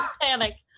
panic